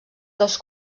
dels